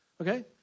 Okay